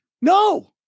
no